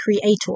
creator